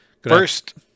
First